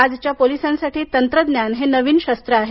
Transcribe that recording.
आजच्या पोलिसांसाठी तंत्रज्ञान हे नवीन शस्त्र आहे